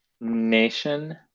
nation